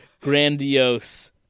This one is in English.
grandiose